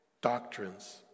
doctrines